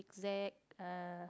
zag uh